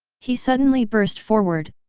he suddenly burst forward,